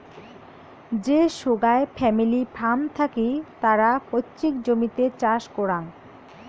যে সোগায় family farm থাকি তারা পৈতৃক জমিতে চাষ করাং